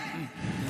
באמת.